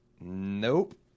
Nope